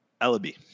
Ellaby